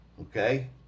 Okay